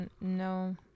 No